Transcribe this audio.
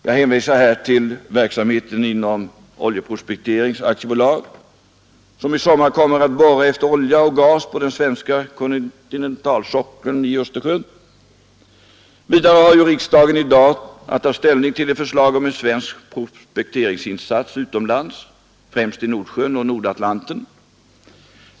Jag hänvisar här till verksamheten inom Oljeprospektering AB, som i sommar kommer att borra efter olja och gas på den svenska kontinentalsockeln i Östersjön. Vidare har ju riksdagen i dag att ta ställning till ett förslag om en svensk prospekteringsinsats utomlands, främst i Nordsjön och Nordatlanten.